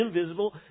invisible